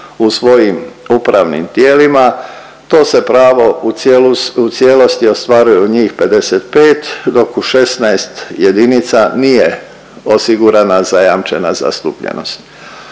u svojim upravnim tijelima to se pravo u cijelosti ostvaruju njih 55, dok u 16 jedinica nije osigurana zajamčena zastupljenost.